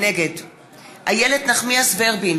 נגד איילת נחמיאס ורבין,